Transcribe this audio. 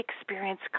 experience